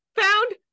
found